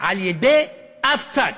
על-ידי אף צד.